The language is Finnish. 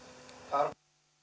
puhemies on